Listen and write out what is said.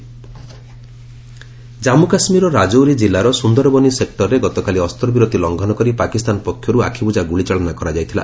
ceasefire violation Jammu କାଶ୍ମୀରର ରାଜୌରୀ ଜିଲ୍ଲାର ସୁନ୍ଦରବନି ସେକ୍ଟରରେ ଗତକାଲି ଅସ୍ତ୍ରବିରତି ଲଂଘନ କରି ପାକିସ୍ତାନ ପକ୍ଷରୁ ଆଖିବୁଜା ଗୁଳିଚାଳନା କରାଯାଇଥିଲା